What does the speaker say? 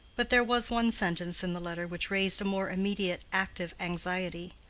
but there was one sentence in the letter which raised a more immediate, active anxiety.